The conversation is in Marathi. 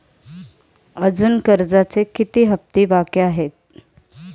अजुन कर्जाचे किती हप्ते बाकी आहेत?